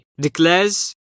declares